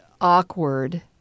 awkward